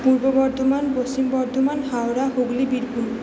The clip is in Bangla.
পূর্ব বর্ধমান পশ্চিম বর্ধমান হাওড়া হুগলি বীরভূম